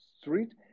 Street